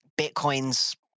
Bitcoin's